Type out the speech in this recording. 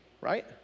Right